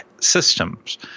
systems